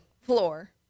floor